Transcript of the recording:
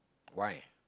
why